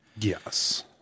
yes